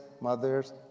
mothers